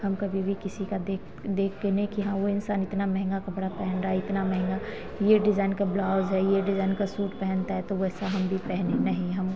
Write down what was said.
हम कभी भी किसी का देख देख के नहीं कि हाँ वो इंसान इतना महँगा कपड़ा पहन रहा है इतना महँगा यह डिजाइन का ब्लाउज है यह डिजाइन का सूट पहनता है तो वैसा हम भी पहने नहीं हम